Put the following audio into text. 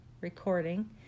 recording